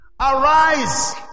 Arise